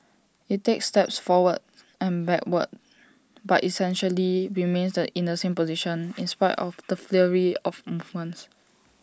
IT takes steps forward and backward but essentially remains in the same position in spite of the flurry of movements